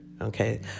Okay